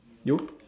you